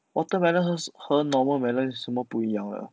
watermelon 和和 nor~ normal melon 什么不一样的